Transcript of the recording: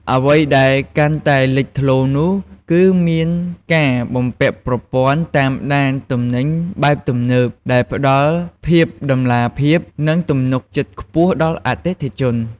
អ្វីដែលកាន់តែលេចធ្លោនោះ គឺមានការបំពាក់ប្រព័ន្ធតាមដានទំនិញបែបទំនើប ដែលផ្ដល់ភាពតម្លាភាព និងទំនុកចិត្តខ្ពស់ដល់អតិថិជន។